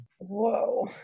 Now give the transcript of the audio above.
whoa